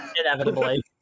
inevitably